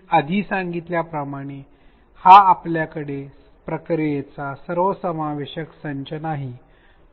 मी आधी सांगितल्याप्रमाणे हा आपल्याकडे प्रक्रियेचा सर्वसमावेशक संच नाही